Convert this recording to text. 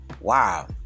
wow